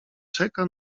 czeka